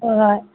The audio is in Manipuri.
ꯍꯣꯏ ꯍꯣꯏ